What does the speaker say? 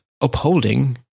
upholding